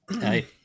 Hey